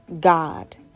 God